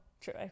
true